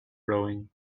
rowing